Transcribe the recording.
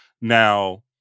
now